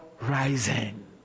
rising